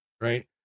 Right